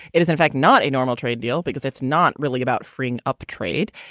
it is in fact not a normal trade deal because it's not really about freeing up trade.